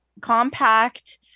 compact